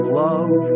love